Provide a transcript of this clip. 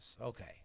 Okay